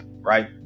right